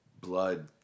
blood